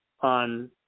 on